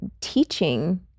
teaching